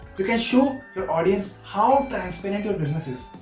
you can show your audience how transparent your business is.